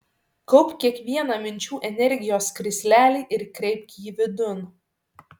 kaupk kiekvieną minčių energijos krislelį ir kreipk jį vidun